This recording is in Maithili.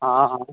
हँ हँ